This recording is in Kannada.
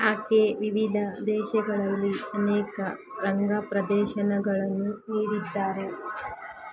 ಆಕೆ ವಿವಿಧ ದೇಶಗಳಲ್ಲಿ ಅನೇಕ ರಂಗಪ್ರದರ್ಶನಗಳನ್ನು ನೀಡಿದ್ದಾರೆ